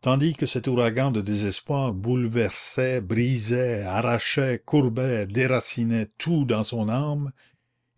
tandis que cet ouragan de désespoir bouleversait brisait arrachait courbait déracinait tout dans son âme